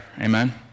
Amen